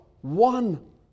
one